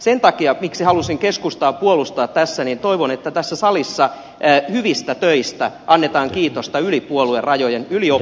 sen takia halusin keskustaa tässä puolustaa että toivon että tässä salissa hyvistä töistä annetaan kiitosta yli puoluerajojen yli oppositio ja hallitusrajojen